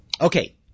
Okay